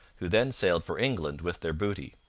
who then sailed for england with their booty.